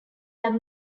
have